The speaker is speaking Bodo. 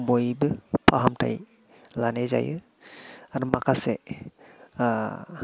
बयबो फाहामथाय लानाय जायो आरो माखासे